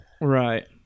Right